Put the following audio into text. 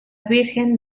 virgen